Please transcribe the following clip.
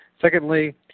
Secondly